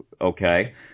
Okay